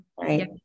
right